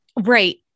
Right